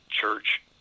church